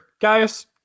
Gaius